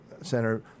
center